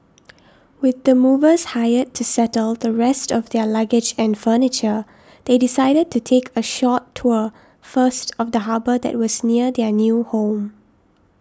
with the movers hired to settle the rest of their luggage and furniture they decided to take a short tour first of the harbour that was near their new home